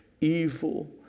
evil